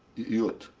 youth.